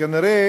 כנראה